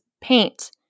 paint